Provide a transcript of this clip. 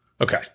Okay